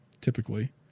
typically